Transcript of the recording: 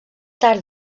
tard